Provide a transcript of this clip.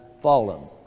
fallen